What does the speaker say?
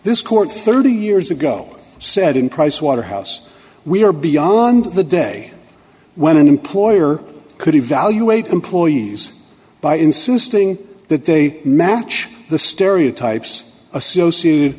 this court thirty years ago said in pricewaterhouse we are beyond the day when an employer could evaluate employees by insisting that they match the stereotypes associated